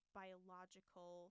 biological